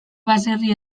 baserri